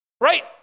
Right